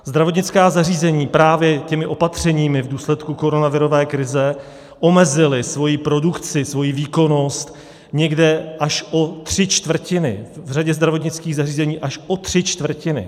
Zdravotnická zařízení právě těmi opatřeními v důsledků koronavirové krize omezila svoji produkci, svoji výkonnost, někde až o tři čtvrtiny, v řadě zdravotnických zařízení až o tři čtvrtiny.